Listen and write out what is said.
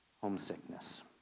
homesickness